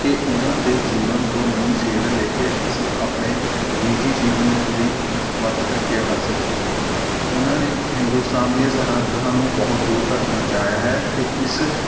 ਕਿ ਉਹਨਾਂ ਦੇ ਜੀਵਨ ਤੋਂ ਨਵੀਂ ਸੇਧ ਲੈ ਕੇ ਅਸੀਂ ਆਪਣੇ ਨਿੱਜੀ ਜੀਵਨ ਵਿੱਚ ਵੀ ਵੱਧ ਤਰੱਕੀਆਂ ਕਰ ਸਕੀਏ ਉਹਨਾਂ ਨੇ ਹਿੰਦੁਸਤਾਨ ਦੀਆਂ ਸਰਹੱਦਾਂ ਨੂੰ ਬਹੁਤ ਦੂਰ ਤੱਕ ਪਹੁੰਚਾਇਆ ਹੈ ਅਤੇ ਇਸ